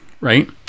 right